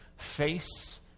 Face